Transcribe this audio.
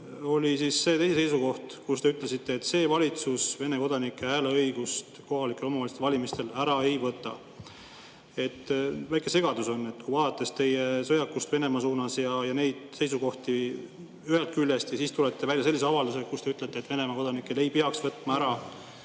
oli see teie seisukoht, kus te ütlesite, et see valitsus Vene kodanike hääleõigust kohalike omavalitsuste valimistel ära ei võta. Väike segadus on, vaadates teie sõjakust Venemaa suunas ja neid seisukohti ühest küljest ja siis tulete välja sellise avaldusega, kus te ütlete, et Venemaa kodanikelt ei peaks võtma ära